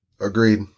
Agreed